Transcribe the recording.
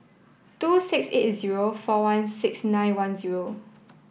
two six eight zero four one six nine one zero